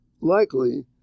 likely